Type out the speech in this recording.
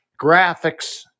graphics